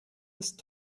ist